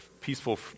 peaceful